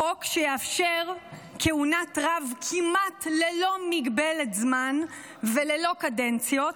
חוק שיאפשר כהונת רב כמעט ללא מגבלת זמן וללא קדנציות,